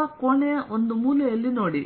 ಅಥವಾ ಕೋಣೆಯ ಒಂದು ಮೂಲೆಯಲ್ಲಿ ನೋಡಿ